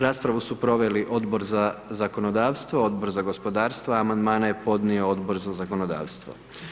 Raspravu su proveli Odbor za zakonodavstvo, Odbor za gospodarstvo, amandmane je podnio Odbor za zakonodavstvo.